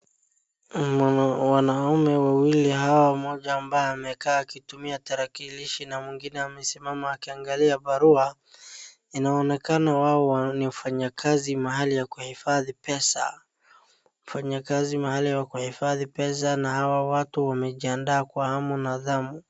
Wanaume wawili hawa mmoja ambaye amekaa akitumia tarakilishi na mwingine amesimama akiangalia barua, inaonekana hao ni wafanyakazi mahali ya kuhifadhi pesa, na hawa watu wamejiandaa kwa hamu na ghamu.